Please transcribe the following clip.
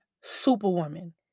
superwoman